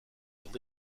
lived